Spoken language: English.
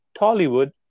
Tollywood